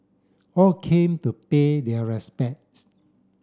all came to pay their respects